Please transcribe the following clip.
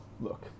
look